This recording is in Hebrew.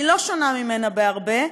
היא לא שונה ממנה בהרבה.